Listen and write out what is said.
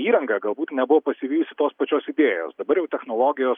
įranga galbūt nebuvo pasivijusi tos pačios idėjos dabar jau technologijos